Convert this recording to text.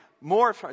more